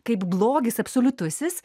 kaip blogis absoliutusis